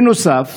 בנוסף